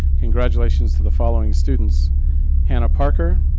congratulations to the following students hannah parker,